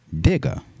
Digger